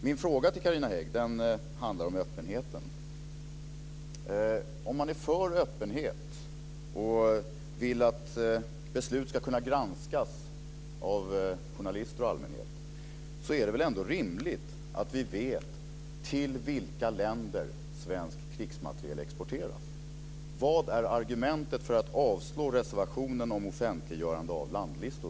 Min fråga till Carina Hägg handlar om öppenheten. Om man är för öppenhet och vill att beslut ska kunna granskas av journalister och allmänhet är det väl ändå rimligt att vi vet till vilka länder svensk krigsmateriel exporteras? Vad är argumentet för att avslå reservationen om offentliggörande av landlistor,